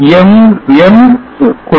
Mth குழு